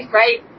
right